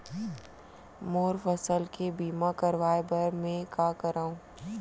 मोर फसल के बीमा करवाये बर में का करंव?